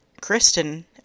Kristen